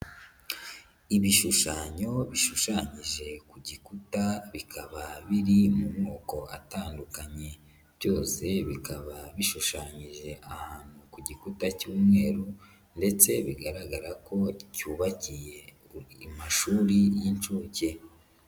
Ibishushanyo bishushanyije ku gikuta bikaba biri mu moko atandukanye. Byose bikaba bishushanyije ahantu ku gikuta cy'umweru ndetse bigaragara ko cyubakiye amashuri y'inshuke.